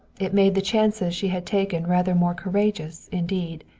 it made the chances she had taken rather more courageous, indeed,